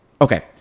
Okay